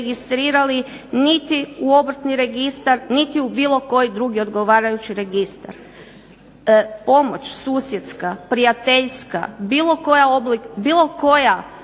niti u obrtni registar, niti u bilo koji drugi odgovarajući registar. Pomoć susjedska, prijateljska, bilo koja vrsta pomoći.